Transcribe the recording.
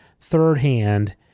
third-hand